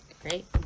Great